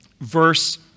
Verse